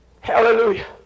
Hallelujah